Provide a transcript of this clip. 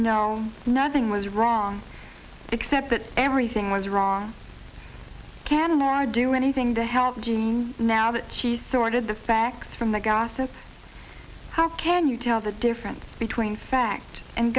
know nothing was wrong except that everything was wrong can are do anything to help you now that she sorted the facts from the gossip how can you tell the difference between fact and